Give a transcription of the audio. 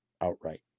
outright